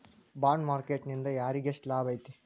Bond market ನಿಂದಾ ಯಾರಿಗ್ಯೆಷ್ಟ್ ಲಾಭೈತಿ?